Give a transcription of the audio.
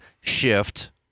shift